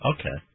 Okay